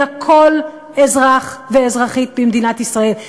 אלא כל אזרח ואזרחית במדינת ישראל.